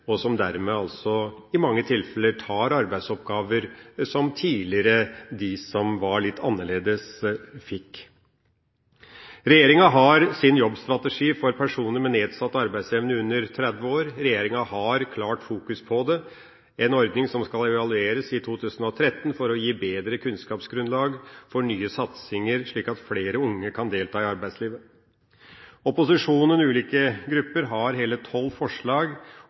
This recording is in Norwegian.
som i mange tilfeller tar arbeidsoppgaver som de som er litt annerledes, tidligere fikk. Regjeringa har sin jobbstrategi for personer med nedsatt arbeidsevne under 30 år – regjeringa har klart fokus på det – en ordning som skal evalueres i 2013 for å gi bedre kunnskapsgrunnlag for nye satsinger, slik at flere unge kan delta i arbeidslivet. Opposisjonens ulike grupper har hele tolv forslag